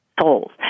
souls